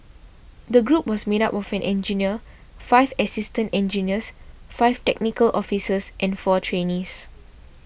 the group was made up of an engineer five assistant engineers five technical officers and four trainees